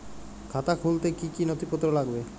খাতা খুলতে কি কি নথিপত্র লাগবে?